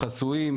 חסויים,